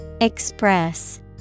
Express